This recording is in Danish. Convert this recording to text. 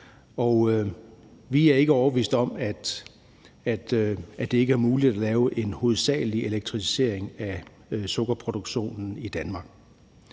Vi er ikke overbevist om, at det ikke er muligt at lave en generel elektrificering af sukkerproduktionen i Danmark.